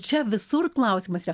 čia visur klausimas yra